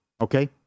okay